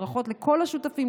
ברכות לכל השותפים,